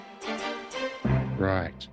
Right